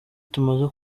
tumaze